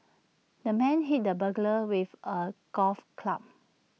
the man hit the burglar with A golf club